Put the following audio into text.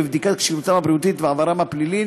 בין היתר: בדיקת כשירותם הבריאותית ועברם הפלילי,